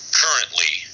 currently